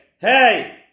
Hey